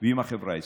ועם החברה הישראלית.